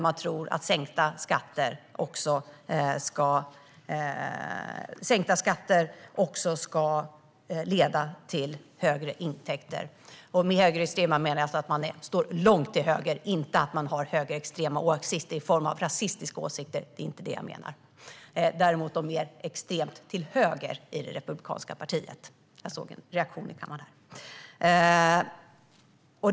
Man tror att sänkta skatter också ska leda till högre intäkter. Med högerextrema menar jag alltså att man står långt till höger, inte att man har högerextrema, rasistiska åsikter. Det är inte det jag menar utan att man står extremt långt till höger i det republikanska partiet; jag såg en reaktion i kammaren.